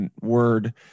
word